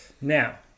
Now